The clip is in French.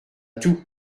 tout